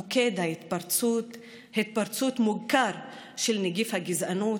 מוקד התפרצות מוכר של נגיף הגזענות,